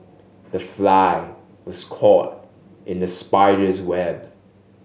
the fly was caught in the spider's web